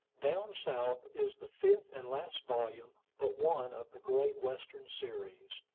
down south is the fifth and last volume but one of the great western series.